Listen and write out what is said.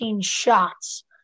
shots